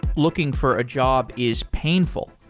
looking for a job is painful,